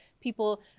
people